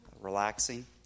relaxing